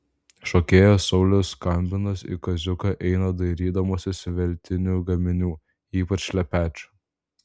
šokėjas saulius skambinas į kaziuką eina dairydamasis veltinių gaminių ypač šlepečių